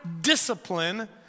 discipline